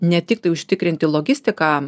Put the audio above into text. ne tik tai užtikrinti logistiką